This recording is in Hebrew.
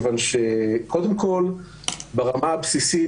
מכיוון שברמה הבסיסית,